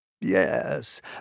Yes